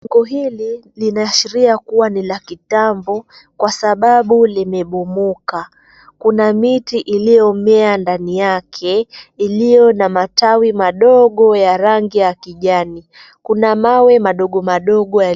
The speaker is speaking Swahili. Soko hili linaashiria kuwa ni la kitambo kwa sababu limebomoka. Kuna miti iliyomea ndani yake iliyo na matawi madogo ya rangi ya kijani. Kuna mawe madogomadogo yali.